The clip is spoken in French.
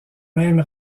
même